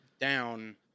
down